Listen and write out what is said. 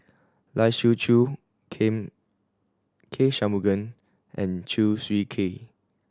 Lai Siu Chiu Ken K Shanmugam and Chew Swee Kee